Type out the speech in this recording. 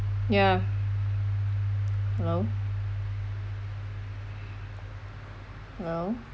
ya hello hello